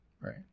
Right